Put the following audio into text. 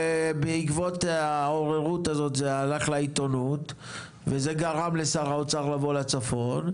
בעקבות העוררות הזאת זה הלך לעיתונות וזה גרם לשר האוצר לבוא לצפון,